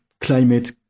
climate